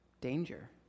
danger